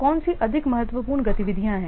तो कौन सी अधिक महत्वपूर्ण गतिविधियाँ हैं